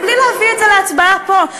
מבלי להביא את זה להצבעה פה,